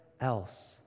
else